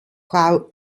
frau